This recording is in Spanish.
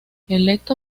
electo